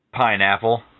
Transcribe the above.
Pineapple